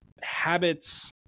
habits